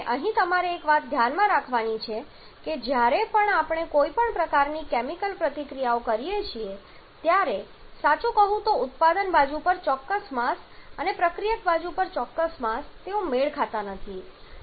અહીં તમારે એક વાત ધ્યાનમાં રાખવાની છે કે જ્યારે પણ આપણે કોઈ પ્રકારની કેમિકલ પ્રતિક્રિયાઓ કરીએ છીએ ત્યારે સાચું કહું તો ઉત્પાદન બાજુ પર ચોક્કસ માસ અને પ્રક્રિયક બાજુ પર ચોક્કસ માસ તેઓ મેળ ખાતા નથી